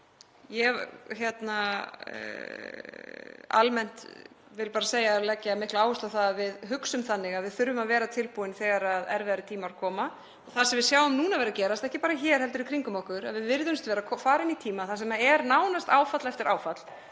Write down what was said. Ég vil bara segja almennt og leggja mikla áherslu á það að við hugsum þannig að við þurfum að vera tilbúin þegar erfiðari tímar koma. Það sem við sjáum núna vera að gerast, ekki bara hér heldur í kringum okkur, er að við virðumst vera að fara inn í tíma þar sem er nánast áfall eftir áfall